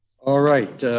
all right,